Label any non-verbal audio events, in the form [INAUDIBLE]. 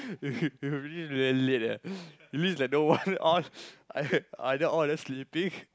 [LAUGHS] you you really very late eh [LAUGHS] it means that no one all either either all of them sleeping